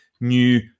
new